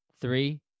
Three